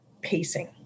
pacing